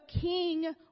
king